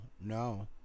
no